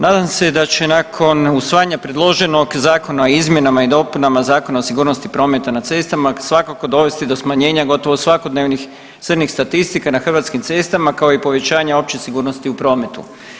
Nadam se da će nakon usvajanja predloženog zakona o izmjenama i dopunama Zakona o sigurnosti prometa na cestama svakako dovesti do smanjenja gotovo svakodnevnih crnih statistika na hrvatskim cestama kao i povećanje opće sigurnosti u prometu.